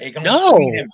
No